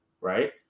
right